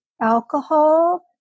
alcohol